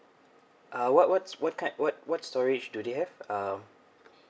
uh what what what card what's storage do they have um